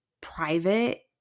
private